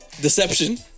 Deception